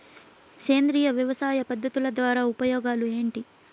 సేంద్రియ వ్యవసాయ పద్ధతుల ద్వారా ఉపయోగాలు ఏంటి?